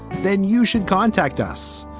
then you should contact us.